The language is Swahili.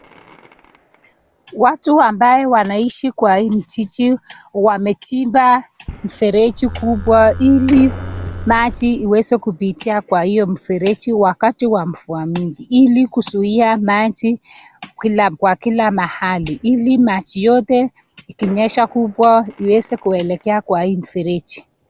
Watu ambaye wanaishi kwa hii kijiji wamechimba mfereji kubwa ili maji iweze kupitia kwa hiyo mfereji wakati wa mvua mingi ili kuzuia maji kwa kila mahali ili maji yote ikinyesha kubwa iweze kuelekea kwa hii mfereji.